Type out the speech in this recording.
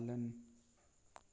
पालन